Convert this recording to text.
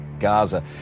Gaza